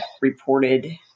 reported